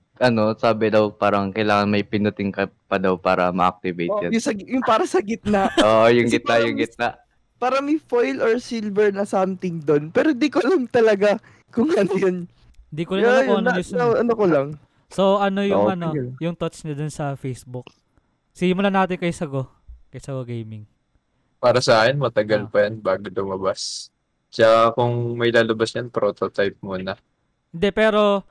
Ano, sabi daw parang kailangan may pinuting ka pa daw para ma-activate Oh, 'yan. yung sa- yung para sa gitna. Oo, yung Kasi gitna, parang yung may- gitna. parang may foil or silver na something dun. Pero di ko alam talaga kung ano 'yun. Di ko rin alam Yeah, kung 'yun ano na- 'yun. na- ano ko lang. So, ano yung Okay. ano, yung touch niya dun sa Facebook? Simulan natin kay Sago, kay Sago Gaming. Para sa akin, matagal Ah. pa 'yan bago lumabas. Tsaka kung may lalabas 'yan, prototype muna. Hindi, pero